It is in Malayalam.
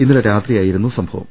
ഇന്നലെ രാത്രിയായിരുന്നു സംഭവം